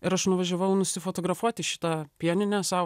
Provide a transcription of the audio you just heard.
ir aš nuvažiavau nusifotografuoti šitą pieninę sau